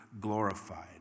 glorified